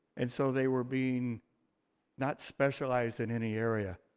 and so they were being not specialized in any area.